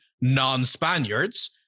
non-Spaniards